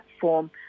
platform